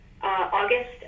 August